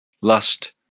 Lust